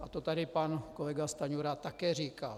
A to tady pan kolega Stanjura také říkal.